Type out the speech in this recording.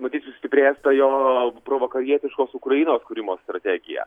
matyt sustiprės ta jo provakarietiškos ukrainos kūrimo strategija